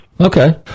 Okay